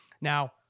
now